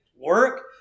work